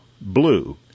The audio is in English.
blue